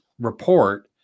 report